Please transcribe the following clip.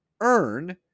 earn